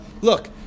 look